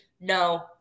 no